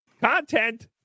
Content